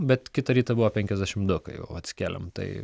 bet kitą rytą buvo penkiasdešimt du kai jau atsikėlėm